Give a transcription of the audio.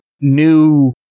new